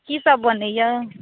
कीसभ बनैए